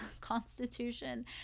constitution